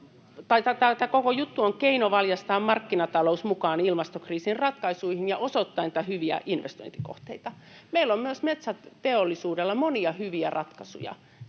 tämä koko juttu on keino valjastaa markkinatalous mukaan ilmastokriisin ratkaisuihin ja osoittaa niitä hyviä investointikohteita. Meillä on myös metsäteollisuudella monia hyviä ratkaisuja.